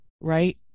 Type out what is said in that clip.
Right